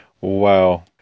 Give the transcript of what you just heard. Wow